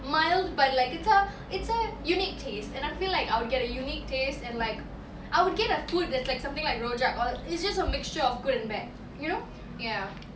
mild but like it's a it's a unique taste and I feel like I would get a unique taste and like I would get a food that's like something like rojak or it's just a mixture of good and bad you know ya